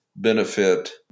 Benefit